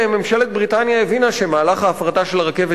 ממשלת בריטניה הבינה שמהלך ההפרטה של הרכבת